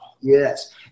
Yes